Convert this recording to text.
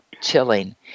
Chilling